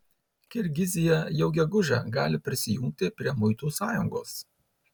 kirgizija jau gegužę gali prisijungti prie muitų sąjungos